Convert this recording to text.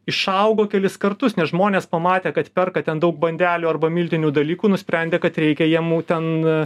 išaugo kelis kartus nes žmonės pamatė kad perka ten daug bandelių arba miltinių dalykų nusprendė kad reikia jiem ten